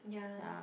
yeah